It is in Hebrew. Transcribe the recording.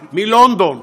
מלונדון,